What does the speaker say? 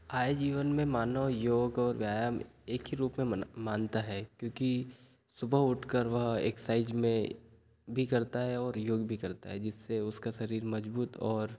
आम जीवन में मानव योग और व्यायाम एक ही रूप में मना मानता है क्योंकि सुबह उठ कर वह एकसाइज़ में भी करता है और योग भी करता है जिससे उसका शरीर मजबूत और